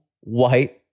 white